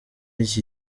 iki